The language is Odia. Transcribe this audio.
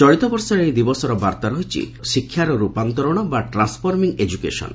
ଚଳିତ ବର୍ଷର ଏହି ଦିବସର ବାର୍ଭା ରହିଛି ଶିକ୍ଷାର ରୂପାନ୍ତରଣ ବା ଟ୍ରାନ୍ୱଫର୍ମିଂ ଏଜୁକେସନ୍